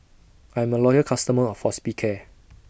I'm A Loyal customer of Hospicare